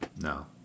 No